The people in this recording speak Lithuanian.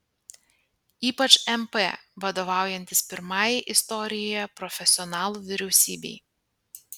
ypač mp vadovaujantis pirmajai istorijoje profesionalų vyriausybei